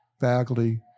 faculty